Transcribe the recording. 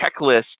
checklist